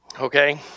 Okay